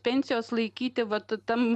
pensijos laikyti vat tam